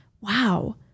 wow